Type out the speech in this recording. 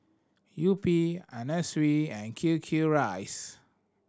Yupi Anna Sui and Q Q Rice